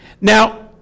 Now